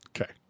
Okay